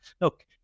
look